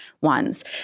ones